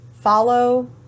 follow